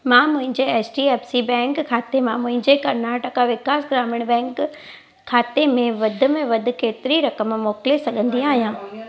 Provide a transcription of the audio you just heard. मां मुंहिंजे H D F C bank खाते मां मुंहिंजे कर्नाटका विकास ग्रामीण बैंक खाते में वध में वधि केतिरी रक़म मोकिले सघंदी आहियां